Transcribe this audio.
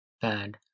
Bad